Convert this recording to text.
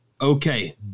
okay